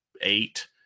eight